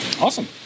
Awesome